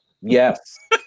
Yes